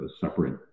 separate